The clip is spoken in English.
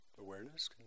awareness